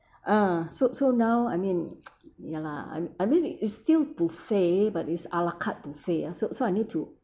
ah so so now I mean ya lah I I mean it is still buffet but is ala carte buffet ah so so I need to